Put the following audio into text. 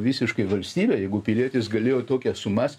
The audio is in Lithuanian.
visiškai valstybę jeigu pilietis galėjo tokias sumas